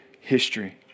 history